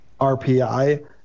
RPI